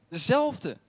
Dezelfde